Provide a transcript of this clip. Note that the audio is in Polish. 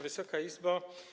Wysoka Izbo!